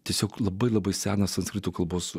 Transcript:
tiesiog labai labai senas sanskrito kalbos